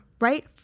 right